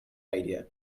idea